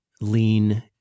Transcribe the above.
lean